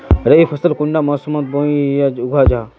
रवि फसल कुंडा मोसमोत बोई या उगाहा जाहा?